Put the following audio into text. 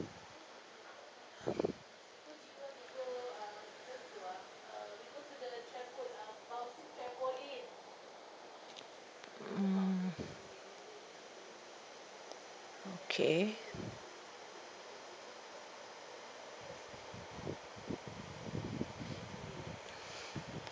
mm okay